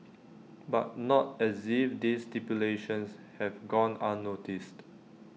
but not as if this stipulations have gone unnoticed